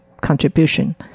contribution